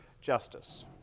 justice